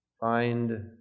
find